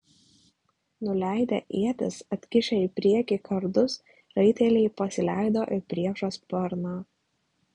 nuleidę ietis atkišę į priekį kardus raiteliai pasileido į priešo sparną